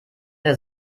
der